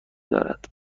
دارد